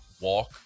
walk